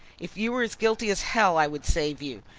if you were as guilty as hell, i would save you!